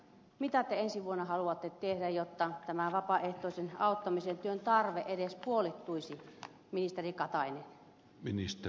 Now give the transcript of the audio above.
mitä te ensi vuonna haluatte tehdä jotta tämä vapaaehtoisen auttamisen työn tarve edes puolittuisi ministeri katainen